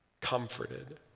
comforted